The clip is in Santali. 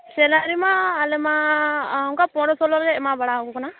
ᱥᱮᱞᱟᱨᱤ ᱢᱟ ᱟᱞᱮ ᱢᱟ ᱚᱱᱟᱠᱟ ᱯᱚᱸᱫᱽᱨᱚ ᱥᱳᱞᱳ ᱞᱮ ᱮᱢᱟ ᱵᱟᱲᱟᱣᱟᱠᱚ ᱠᱟᱱᱟ